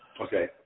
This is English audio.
Okay